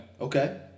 Okay